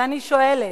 ואני שואלת: